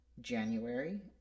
January